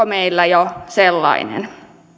meillä jo sellainen